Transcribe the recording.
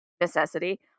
necessity